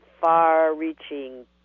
far-reaching